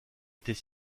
était